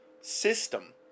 system